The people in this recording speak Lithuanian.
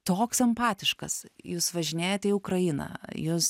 toks empatiškas jūs važinėjate į ukrainą jus